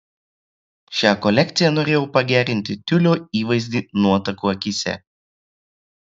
šia kolekcija norėjau pagerinti tiulio įvaizdį nuotakų akyse